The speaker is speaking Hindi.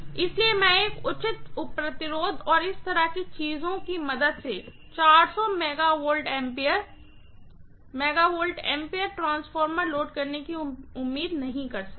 इसलिए मैं एक उचित रेजिस्टेंस और इस तरह की चीजों की मदद से 400 MVA ट्रांसफार्मर लोड करने की उम्मीद नहीं कर सकती